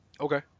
Okay